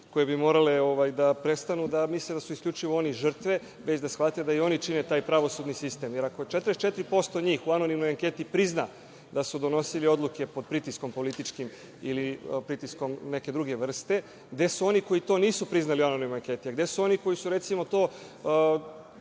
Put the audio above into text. koje bi morale da prestanu da misle da su isključivo oni žrtve, već da shvate da i oni čine taj pravosudni sistem, jer ako 44% njih u anonimnoj anketi prizna da su donosili odluke pod pritiskom političkim ili pritiskom neke druge vrste, gde su oni koji to nisu priznali u anonimnoj anketi? Gde su oni koji su, recimo,